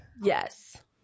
Yes